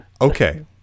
Okay